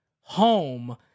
home